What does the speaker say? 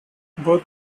both